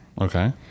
Okay